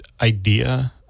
idea